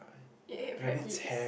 you ate rabbit's